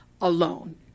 alone